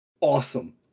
awesome